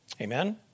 Amen